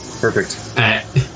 Perfect